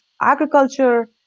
agriculture